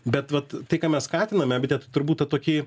bet vat tai ką mes skatiname ebite turbūt tą tokį